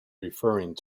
referring